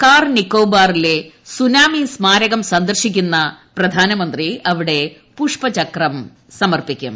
car നിക്കോബാറിലെ സുനാമി സ്മാരകം സന്ദർശിക്കുന്ന അദ്ദേഹം അവിടെ പുഷ്പചക്രം സമർപ്പിക്കും